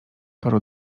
paru